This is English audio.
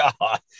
God